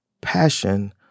passion